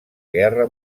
guerra